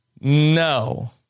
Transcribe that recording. No